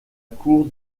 cour